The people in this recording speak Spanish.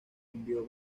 envió